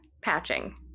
patching